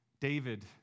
David